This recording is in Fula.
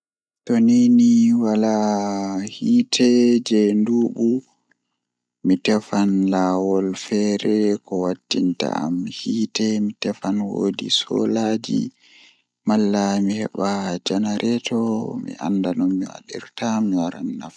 Toniini walahiite jei nduubu mi tefan laawol feere ko waddinta am hiite mi tefan woodi soolaaji malla mi heba generaato malla bo mi anda nomi wadirta mi naftira be man